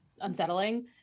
unsettling